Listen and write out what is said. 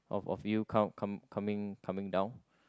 of of you com~ come coming coming down